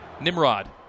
Nimrod